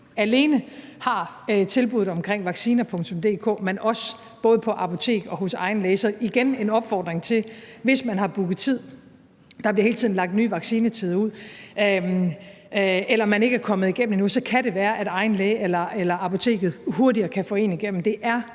alene har tilbuddet omkring www.vacciner.dk, men også både på apoteker og hos egen læge. Så det er igen en opfordring til, at hvis man har booket tid, og der bliver hele tiden lagt nye vaccinationstider ud, eller man ikke er kommet igennem endnu, kan det være, at egen læge eller apoteket hurtigere kan få en igennem.